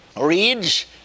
reads